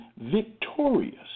victorious